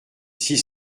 six